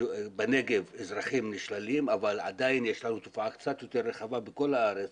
בנגב אזרחים נשללים אבל עדיין יש לנו תופעה קצת יותר רחבה בכל הארץ